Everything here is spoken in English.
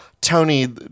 Tony